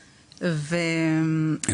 הלכה לישון ולא